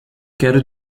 quero